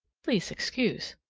please excuse!